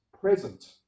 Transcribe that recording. present